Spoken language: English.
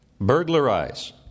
burglarize